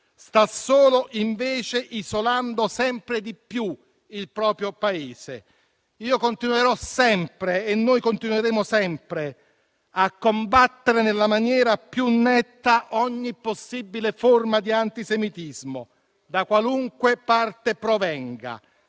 sta solo isolando sempre di più il proprio Paese. Io continuerò sempre e noi continueremo sempre a combattere nella maniera più netta ogni possibile forma di antisemitismo, da qualunque parte provenga.